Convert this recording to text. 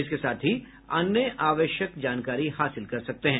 इसके साथ ही अन्य आवश्यक जानकारी हासिल कर सकते हैं